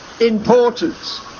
importance